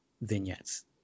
vignettes